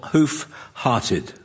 Hoof-Hearted